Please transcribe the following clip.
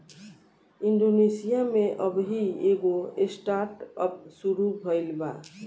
Indonesia में अबही एगो स्टार्टअप शुरू भईल बा